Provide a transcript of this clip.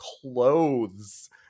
clothes